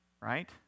right